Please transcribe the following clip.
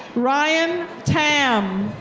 ryan tam.